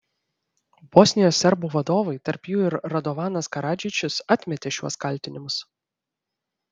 bosnijos serbų vadovai tarp jų ir radovanas karadžičius atmetė šiuos kaltinimus